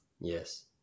Yes